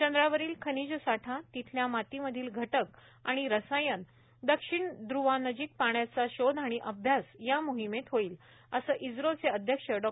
चंद्रावरील खनिजसाठा तिथल्या मातीमधील घटक आणि रसायन दक्षिण घ्रवानजिक पाण्याचा गोष आणि अभ्यास या मोहिमेत होईल असं इम्रोचे अध्यब डॉ